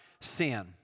sin